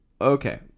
okay